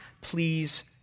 please